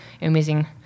amazing